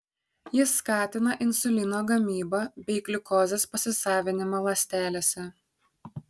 jis skatina insulino gamybą bei gliukozės pasisavinimą ląstelėse